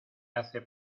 hace